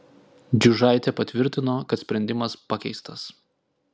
džiužaitė patvirtino kad sprendimas pakeistas